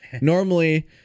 normally